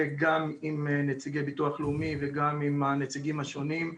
גם עם נציגי הביטוח הלאומי וגם עם הנציגים השונים.